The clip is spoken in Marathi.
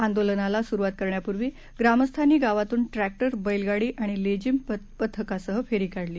आंदोलनाला सूरुवात करण्यापूर्वी ग्रामस्थांनी गावातून ट्रखिर बैलगाडी आणि लेझीम पथकासह फेरी काढली